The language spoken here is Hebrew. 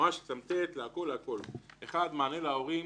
מענה להורים